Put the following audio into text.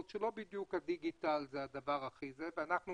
שלא בדיוק הדיגיטל הוא הדבר הכי מוכר להן ואנחנו